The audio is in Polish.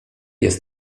jest